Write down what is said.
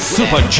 Super